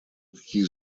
какие